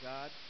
God